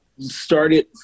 started